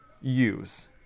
use